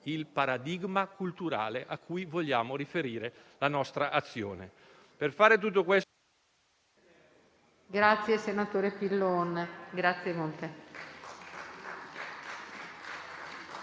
il paradigma culturale a cui vogliamo riferire la nostra azione.